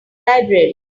library